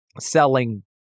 selling